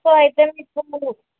so అయితే మీకు